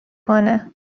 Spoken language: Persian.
کنه